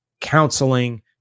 counseling